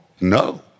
no